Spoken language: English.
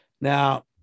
Now